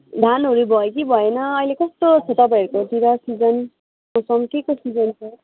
धानहरू भयो कि भएन अहिले कस्तो छ तपाईँहरूकोतिर सिजन के को सिजन छ